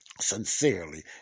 Sincerely